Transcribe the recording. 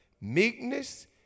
meekness